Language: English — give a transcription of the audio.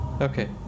Okay